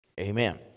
Amen